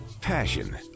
passion